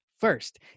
First